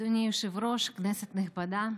אדוני היושב-ראש, כנסת נכבדה,